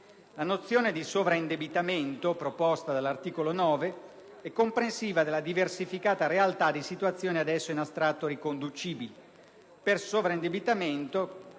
La nozione di sovraindebitamento, proposta dall'articolo 9, è comprensiva della diversificata realtà di situazioni ad esso in astratto riconducibili. Per sovraindebitamento